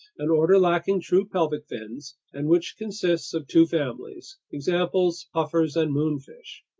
an order lacking true pelvic fins and which consists of two families. examples puffers and moonfish.